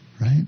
right